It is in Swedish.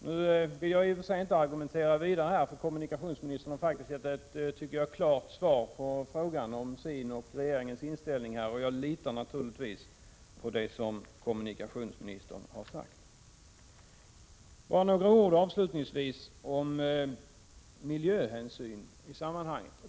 Nu vill jag inte argumentera vidare, för kommunikationsministern har gett ett klart svar på frågan om sin och regeringens inställning, och jag litar naturligtvis på det kommunikationsministern har sagt. Avslutningsvis bara några ord om miljöhänsynen i sammanhanget.